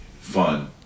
fun